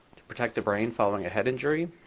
protect the brain following a head injury.